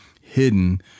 hidden